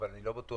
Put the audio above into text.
אבל אני לא בטוח